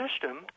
system